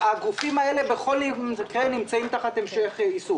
הגופים האלה בכל מקרה נמצאים תחת המשך יישום.